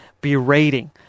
berating